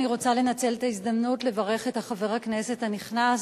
אני רוצה לנצל את ההזדמנות לברך את חבר הכנסת הנכנס,